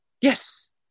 Yes